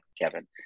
kevin